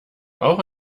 auch